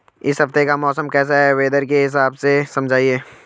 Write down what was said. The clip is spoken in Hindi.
इस हफ्ते का मौसम कैसा है वेदर के हिसाब से समझाइए?